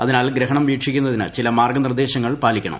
അതിനാൽ ഗ്രഹണം വീക്ഷിക്കുന്നതിന് ചില മാർഗ്ഗനിർദ്ദേശങ്ങൾ പാലിക്കണം